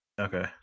Okay